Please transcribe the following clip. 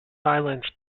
silence